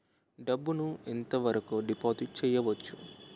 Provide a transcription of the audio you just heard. డబ్బు ను ఎంత వరకు డిపాజిట్ చేయవచ్చు?